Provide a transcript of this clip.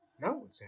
No